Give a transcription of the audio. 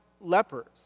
lepers